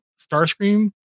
Starscream